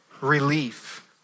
Relief